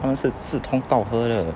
他们是志同道合的